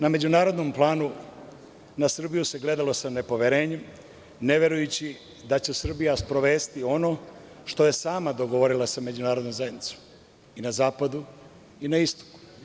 Na međunarodnom planu na Srbiju se gledalo sa nepoverenjem ne verujući da će Srbija sprovesti ono što je sama dogovorila sa međunarodnom zajednicom i na zapadu i na istoku.